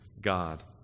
God